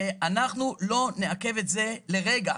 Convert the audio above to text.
ואנחנו לא נעכב את זה לרגע.